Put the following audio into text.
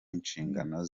inshingano